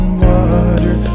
water